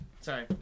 sorry